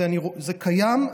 זה קיים,